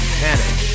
panic